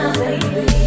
baby